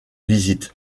visite